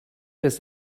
his